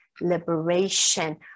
liberation